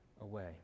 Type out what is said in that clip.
away